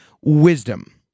Wisdom